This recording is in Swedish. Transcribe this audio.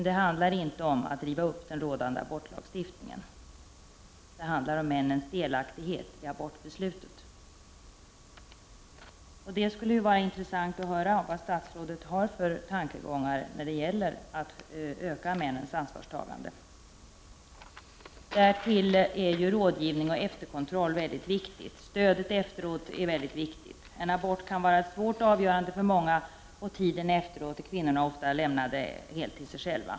Det handlar alltså inte om att gällande abortlagstiftning skall rivas upp, utan det handlar om männens delaktighet i fråga om abortbeslutet. Det skulle vara intressant att höra vilka tankar statsrådet har när det gäller detta med att männen skall ta ett större ansvar. Vidare är rådgivning och efterkontroll mycket viktiga. Det är alltså väldigt viktigt att kvinnor får stöd efter en abort. En abort kan ju innebära ett svårt avgörande för många kvinnor, och efter aborten är kvinnorna ofta helt lämnade åt sig själva.